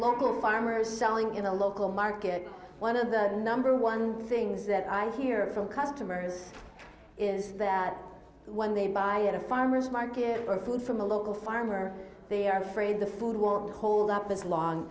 local farmers selling in the local market one of the number one things that i hear from customers is when they buy in a farmer's market or food from a local farmer they are afraid the food won't hold up as long